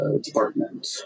department